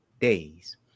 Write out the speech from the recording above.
days